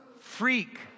freak